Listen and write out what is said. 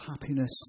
happiness